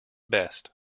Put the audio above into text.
best